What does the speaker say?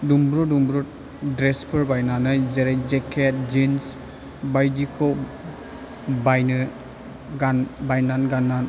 दुंब्रुद दुंब्रुद द्रेचफोर बायनानै जेरै जेकेट जिन्स बायदिखौ बायनो गान बायनानै गानना